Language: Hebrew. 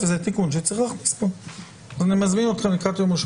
שהיא מדברת על תוך שלושה ימים ממועד משלוח הדואר ודואר